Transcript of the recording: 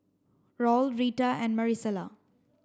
Raul Rita and Marisela